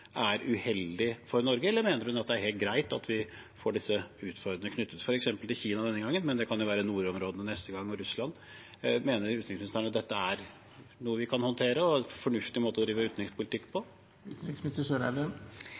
er uheldig for Norge, eller mener hun det er helt greit at vi får disse utfordringene? De er knyttet til Kina denne gangen, men det kan jo være nordområdene eller Russland neste gang. Mener utenriksministeren dette er noe vi kan håndtere, og at det er en fornuftig måte å drive utenrikspolitikk på?